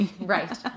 Right